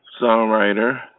songwriter